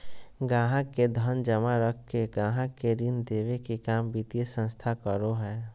गाहक़ के धन जमा रख के गाहक़ के ऋण देबे के काम वित्तीय संस्थान करो हय